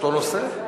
לא.